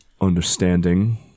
understanding